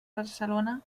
barcelona